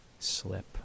slip